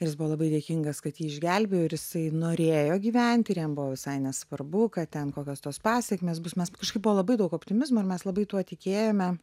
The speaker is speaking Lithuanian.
ir jis buvo labai dėkingas kad jį išgelbėjo ir jisai norėjo gyvent ir jam buvo visai nesvarbu kad ten kokios tos pasekmės bus mes kažkaip buvo labai daug optimizmo ir mes labai tuo tikėjome